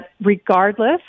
regardless